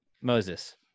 Moses